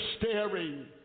staring